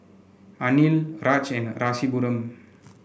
Anil Raj and Rasipuram